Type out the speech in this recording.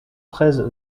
treize